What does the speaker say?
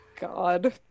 god